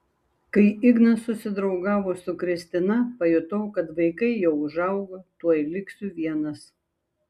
kai ignas susidraugavo su kristina pajutau kad vaikai jau užaugo tuoj liksiu vienas